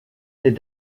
est